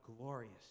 glorious